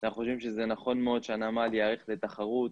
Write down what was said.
אנחנו חושבים שזה נכון מאוד שהנמל ייערך לתחרות